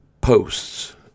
posts